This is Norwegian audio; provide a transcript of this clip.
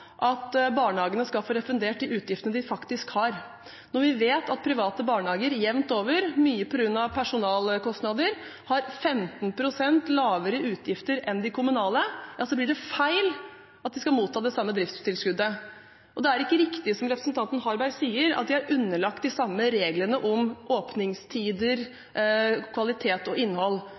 at barnehagene skal få refundert de utgiftene de faktisk har. Når vi vet at private barnehager jevnt over, mye på grunn av personalkostnader, har 15 pst. lavere utgifter enn de kommunale, blir det feil at de skal motta det samme driftstilskuddet. Og det er ikke riktig som representanten Harberg sier, at de er underlagt de samme reglene om åpningstider, kvalitet og innhold.